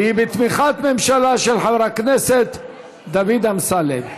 והיא בתמיכת ממשלה, של חבר הכנסת דוד אמסלם.